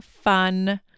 fun